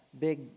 big